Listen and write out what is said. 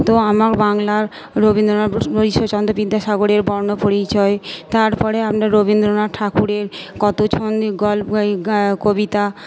তো আমার বাংলার রবীন্দ্রনাথ ঈশ্বরচন্দ্র বিদ্যাসাগরের বর্ণপরিচয় তারপরে আমরা রবীন্দ্রনাথ ঠাকুরের কত ছন্দে গল্প কবিতা